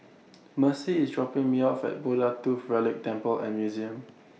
Mercy IS dropping Me off At Buddha Tooth Relic Temple and Museum